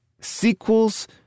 Sequels